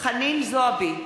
חנין זועבי,